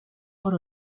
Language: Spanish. por